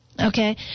Okay